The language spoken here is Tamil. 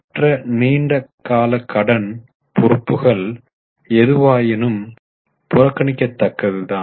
மற்ற நீண்ட கால கடன் பொறுப்புகள் எதுவாயினும் புறக்கணிக்கத்தக்கது தான்